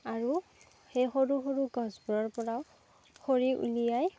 আৰু সেই সৰু সৰু গছবোৰৰ পৰাও খৰি উলিয়াই